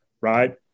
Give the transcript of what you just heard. right